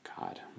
God